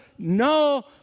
No